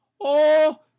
Oh